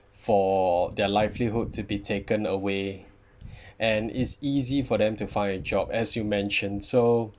for their livelihood to be taken away and it's easy for them to find a job as you mentioned so